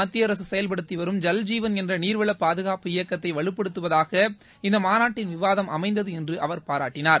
மத்திய அரசு செயல்படுத்தி வரும் ஜல் ஜீவன் என்ற நீர்வள பாதுகாப்பு இயக்கத்தை வலுப்படுத்துவதாக இந்த மாநாட்டின் விவாதம் அமைந்தது என்று அவர் பாராட்டினார்